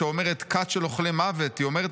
שאומרת "כת של אוכלי מוות" היא אומרת